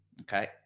Okay